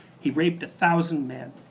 he raped a thousand men.